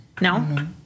No